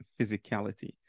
physicality